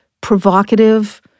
provocative